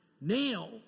Now